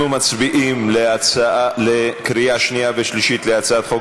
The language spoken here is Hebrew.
אנחנו מצביעים בקריאה שנייה ושלישית על הצעת חוק